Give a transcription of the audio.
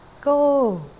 go